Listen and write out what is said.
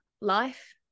life